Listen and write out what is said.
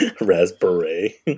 Raspberry